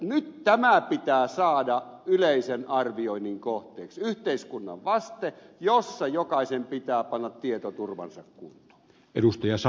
nyt tämä pitää saada yleisen arvioinnin kohteeksi yhteiskunnan vaste jossa jokaisen pitää panna tietoturvansa kuntoon